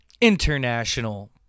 International